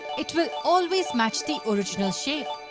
it will always match the original shape.